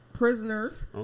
prisoners